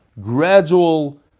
gradual